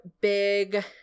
big